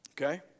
Okay